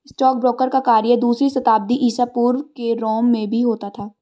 stockbroker का कार्य दूसरी शताब्दी ईसा पूर्व के रोम में भी होता था